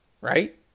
right